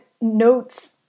notes